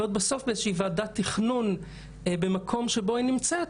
ובסוף באיזושהי ועדת תכנון במקום שבו היא נמצאת,